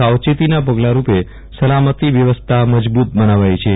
સાવચેતીના પગલારૂપે સલામતી વ્યવસ્થાપણ મજબૂત બનાવાઈ છે